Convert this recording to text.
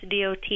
DOT